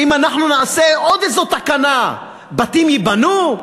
שאם אנחנו נעשה עוד איזו תקנה בתים ייבנו?